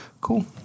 cool